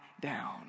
down